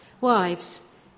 Wives